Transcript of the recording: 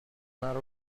matter